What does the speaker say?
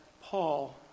Paul